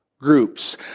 groups